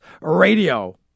Radio